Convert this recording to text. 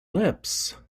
lips